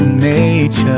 nature